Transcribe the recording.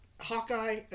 Hawkeye